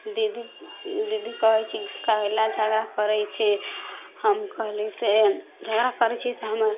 दीदी दीदी कहै छै कए लए झगड़ा करै छिही हम कहली से झगड़ा करै छी से हम